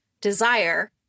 desire